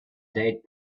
date